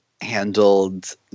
handled